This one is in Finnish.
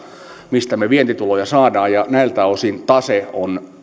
mistä me vientituloja saamme ja näiltä osin tase on